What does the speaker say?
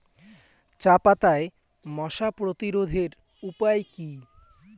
চাপাতায় মশা প্রতিরোধের উপায় কি?